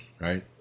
right